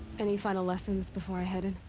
any final lessons before i head in?